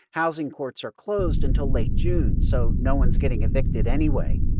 housing courts are closed until late june, so no one's getting evicted anyway.